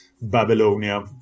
Babylonia